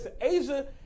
Asia